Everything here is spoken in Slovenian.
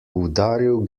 udaril